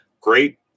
great